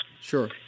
sure